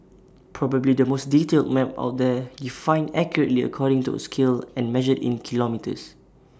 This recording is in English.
probably the most detailed map out there defined accurately according to scale and measured in kilometres